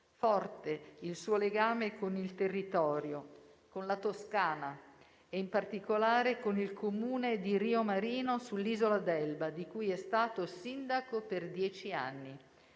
Forte il suo legame con il territorio, con la Toscana e in particolare con il Comune di Rio Marina, sull'isola d'Elba, di cui è stato sindaco per dieci anni.